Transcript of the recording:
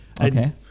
Okay